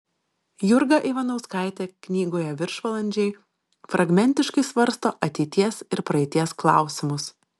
jurga ivanauskaitė knygoje viršvalandžiai fragmentiškai svarsto ateities ir praeities klausimus